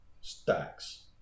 stacks